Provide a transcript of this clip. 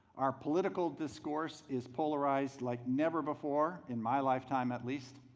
our political discourse is polarized like never before in my lifetime at least.